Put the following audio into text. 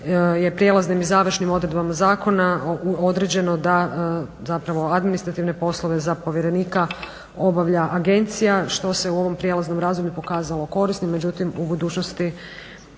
je prijelaznim i završnim odredbama zakona određeno da administrativne poslove za povjerenika obavlja agencija što se u ovom prijelaznom razdoblju pokazalo korisnim, međutim u budućnosti